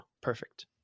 perfect